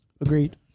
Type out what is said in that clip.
Agreed